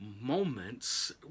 moments